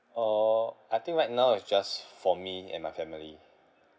uh I think right now is just for me and my family